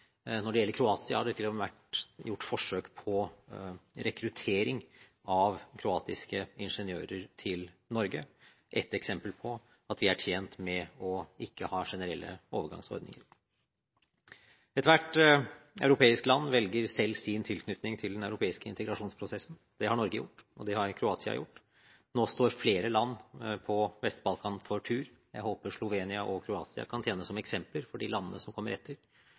Når det gjelder Kroatia, har det til og med vært gjort forsøk på rekruttering av kroatiske ingeniører til Norge, et eksempel på at vi er tjent med ikke å ha generelle overgangsordninger. Ethvert europeisk land velger selv sin tilknytning til den europeiske integrasjonsprosessen. Det har Norge gjort, og det har Kroatia gjort. Nå står flere land på Vest-Balkan for tur. Jeg håper Slovenia og Kroatia kan tjene som eksempler for de landene som kommer etter.